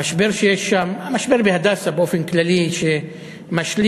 המשבר שיש שם, המשבר ב"הדסה" באופן כללי, שמשליך